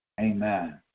Amen